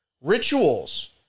rituals